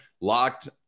locked